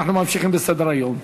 אנחנו ממשיכים בסדר-היום.